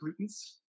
pollutants